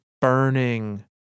burning